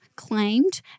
Claimed